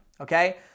Okay